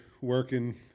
working